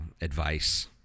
advice